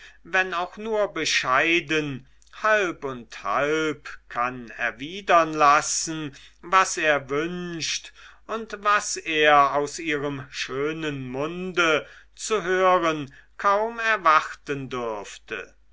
wenn auch nur bescheiden halb und halb kann erwidern lassen was er wünscht und was er aus ihrem schönen munde zu hören kaum erwarten dürfte